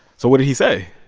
so what did he say?